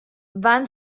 van